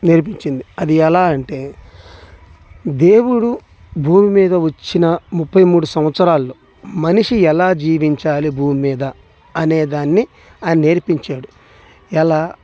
నేర్పించింది అది ఎలా అంటే దేవుడు భూమి మీద వచ్చిన ముప్పై మూడు సంవత్సరాల్లో మనిషి ఎలా జీవించాలి భూమ్మీద అనేదాన్ని ఆయన నేర్పించాడు ఎలా